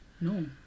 No